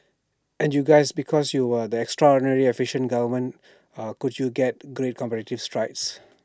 and you guys because you were the extraordinarily efficiently government could you get great competitive strides